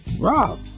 Rob